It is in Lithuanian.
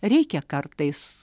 reikia kartais